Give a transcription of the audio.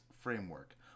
framework